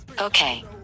Okay